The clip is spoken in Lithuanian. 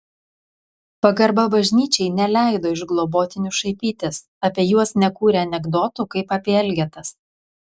pagarba bažnyčiai neleido iš globotinių šaipytis apie juos nekūrė anekdotų kaip apie elgetas